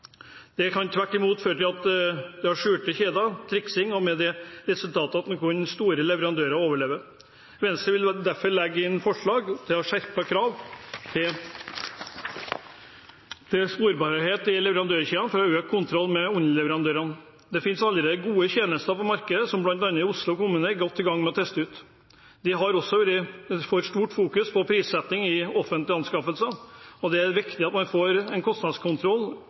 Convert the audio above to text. Det kan tvert imot føre til at vi får skjulte kjeder og triksing, og med det resultat at kun store leverandører overlever. Venstre vil derfor legge inn forslag til skjerpede krav til sporbarhet i leverandørkjeden for å øke kontrollen med underleverandørene. Det finnes allerede gode tjenester på markedet, som bl.a. Oslo kommune er godt i gang med å teste ut. Det har også vært et for stort fokus på prissetting i offentlige anskaffelser. Det er viktig at man får kostnadskontroll